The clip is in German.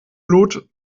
blut